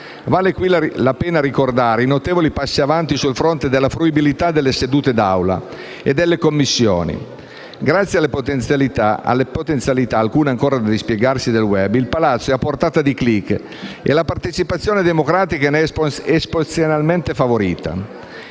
Vale qui la pena ricordare i notevoli passi avanti sul fronte della fruibilità delle sedute dell'Aula e delle Commissioni. Grazie alle potenzialità, alcune ancora da dispiegarsi, del *web*, il Palazzo è a portata di clic e la partecipazione democratica ne è esponenzialmente favorita